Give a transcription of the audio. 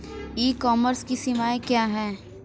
ई commerce की सीमाएं क्या हैं?